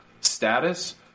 status